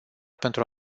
pentru